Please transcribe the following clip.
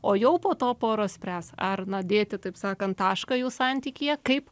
o jau po to poros spręs ar na dėti taip sakant tašką jų santykyje kaip